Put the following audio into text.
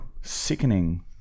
sickening